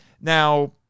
Now